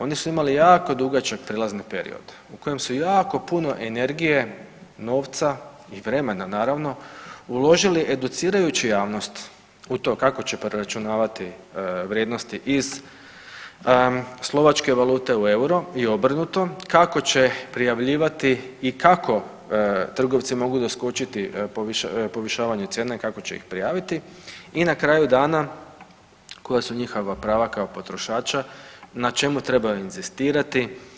Oni su imali jako dugačak prijelazni period u kojem su jako puno energije, novca i vremena naravno uložili educirajući javnost u to kako će preračunavati vrijednosti iz slovačke valute u euro i obrnuto, kako će prijavljivati i kakao trgovci mogu doskočiti povišavanju cijena i kako će ih prijaviti i na kraju dana koja su njihova prava kao potrošača na čemu trebaju inzistirati.